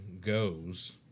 goes